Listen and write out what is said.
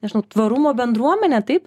nežinau tvarumo bendruomenę taip